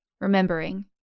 remembering